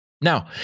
Now